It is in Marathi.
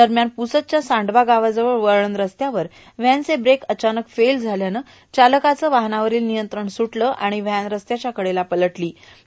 दरम्यान पुसद च्या सांडवा गावाजवळ वळण रस्त्यावर व्हॅन चे ब्रेक अचानक फेल झाल्याने चालकाचे वाहनावरोल र्मियंत्रण सुटले आर्ाण व्हॅन रस्त्याच्या कडेला पलटो झालों